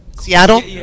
Seattle